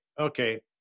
okay